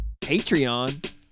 Patreon